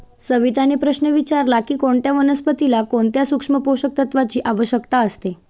सविताने प्रश्न विचारला की कोणत्या वनस्पतीला कोणत्या सूक्ष्म पोषक तत्वांची आवश्यकता असते?